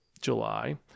July